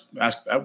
ask